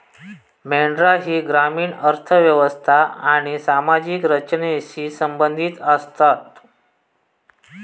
मेंढरा ही ग्रामीण अर्थ व्यवस्था आणि सामाजिक रचनेशी संबंधित आसतत